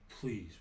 Please